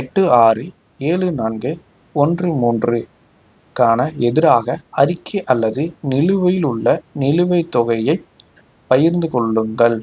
எட்டு ஆறு ஏழு நான்கு ஒன்று மூன்று க்கான எதிராக அறிக்கை அல்லது நிலுவையில் உள்ள நிலுவைத் தொகையைப் பகிர்ந்து கொள்ளுங்கள்